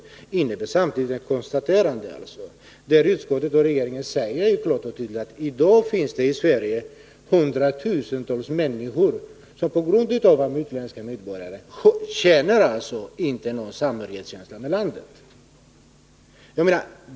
Detta innebär samtidigt att utskott och regering klart och tydligt säger att det i dag finns hundratusentals människor i Sverige som på grund av att de är utländska medborgare inte känner samhörighet med landet.